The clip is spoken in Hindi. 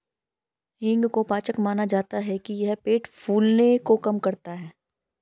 हींग को पाचक माना जाता है कि यह पेट फूलने को कम करता है